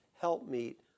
helpmeet